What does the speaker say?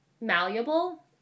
malleable